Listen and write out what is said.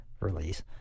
release